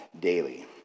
daily